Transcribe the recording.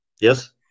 Yes